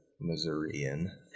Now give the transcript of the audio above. missourian